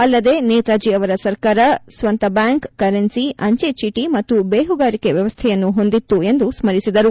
ಅಲ್ಲದೇ ನೇತಾಜಿ ಅವರ ಸರ್ಕಾರ ಸ್ವಂತ ಬ್ಯಾಂಕ್ ಕರೆನ್ಸಿ ಅಂಜೆ ಚೀಟಿ ಮತ್ತು ಬೇಹುಗಾರಿಕೆ ವ್ಯವಸ್ವೆಯನ್ನು ಹೊಂದಿತ್ತು ಎಂದು ಸ್ವರಿಸಿದರು